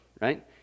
right